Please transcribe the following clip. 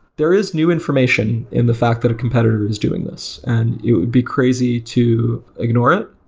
there is new information in the fact that a competitor is doing this, and it would be crazy to ignore it.